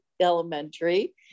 Elementary